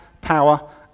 power